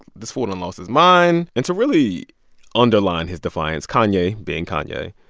this fool done lost his mind. and to really underline his defiance, kanye, being kanye,